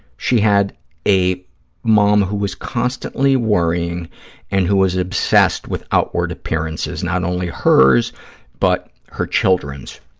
she had a mom who was constantly worrying and who was obsessed with outward appearances, not only hers but her children's,